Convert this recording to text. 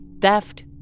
theft